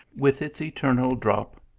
with its eternal drop,